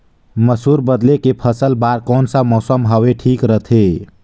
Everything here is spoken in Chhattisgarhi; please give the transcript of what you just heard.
मसुर बदले के फसल बार कोन सा मौसम हवे ठीक रथे?